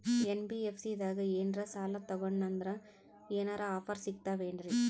NBFC ದಾಗ ಏನ್ರ ಸಾಲ ತೊಗೊಂಡ್ನಂದರ ಏನರ ಆಫರ್ ಸಿಗ್ತಾವೇನ್ರಿ?